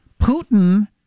Putin